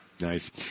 Nice